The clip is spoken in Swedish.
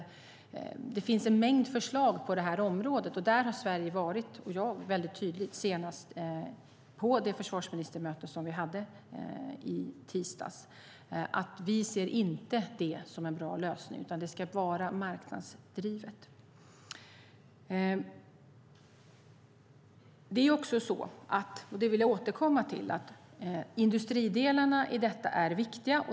Det finns en mängd förslag på det området, och där har Sverige och jag - senast på försvarsministermötet i tisdags - varit mycket tydliga med att vi inte ser det som en bra lösning, utan det ska vara marknadsdrivet. Det är också så - det vill jag återkomma till - att industridelarna i detta är viktiga.